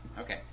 Okay